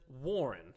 Warren